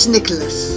Nicholas